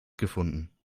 gefunden